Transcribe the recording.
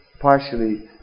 partially